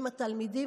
עם התלמידים,